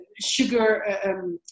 sugar